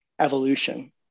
evolution